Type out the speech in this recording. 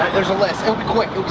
there's a list, it'll be quick,